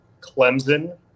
Clemson